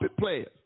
players